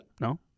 No